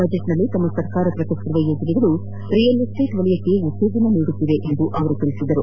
budget ನಲ್ಲಿ ತಮ್ಮ ಸರ್ಕಾರ ಪ್ರಕಟಿಸಿರುವ ಯೋಜನೆಗಳು ರಿಯಲ್ ಎಸ್ಟೇಟ್ ವಲಯಕ್ಕೆ ಉತ್ತೇಜನ ನೀಡಲಿವೆ ಎಂದರು